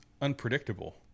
unpredictable